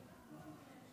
לא נעים,